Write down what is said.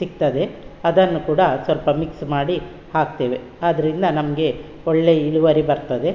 ಸಿಕ್ತದೆ ಅದನ್ನು ಕೂಡ ಸ್ವಲ್ಪ ಮಿಕ್ಸ್ ಮಾಡಿ ಹಾಕ್ತೇವೆ ಆದ್ದರಿಂದ ನಮಗೆ ಒಳ್ಳೆಯ ಇಳುವರಿ ಬರ್ತದೆ